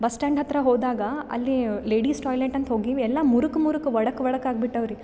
bus stand ಹತ್ತಿರ ಹೋದಾಗ ಅಲ್ಲಿ ಲೇಡೀಸ್ ಟಾಯ್ಲೆಟ್ ಅಂತ ಹೋಗಿವಿ ಎಲ್ಲ ಮುರುಕ್ ಮುರುಕ್ ಬಡಕ್ ಬಡಕ್ ಆಗಿ ಬಿಟ್ಟವೆ ರೀ